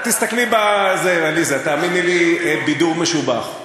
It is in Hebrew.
תסתכלי בזה, עליזה, תאמיני לי, בידור משובח.